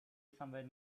somewhere